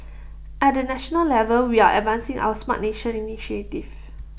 at the national level we are advancing our Smart Nation initiative